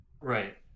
Right